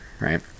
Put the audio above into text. right